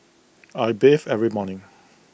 I bathe every morning